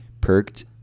perked